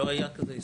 לא היה כזה איסור?